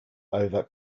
over